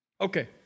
Okay